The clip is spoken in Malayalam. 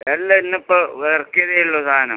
എല്ലാം ഇന്ന് ഇപ്പം ഇറക്കിയതേ ഉള്ളൂ സാധനം